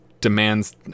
demands